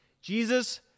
Jesus